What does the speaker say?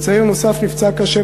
וצעיר נוסף נפצע קשה,